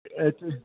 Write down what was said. ਇਹ 'ਚ